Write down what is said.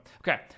Okay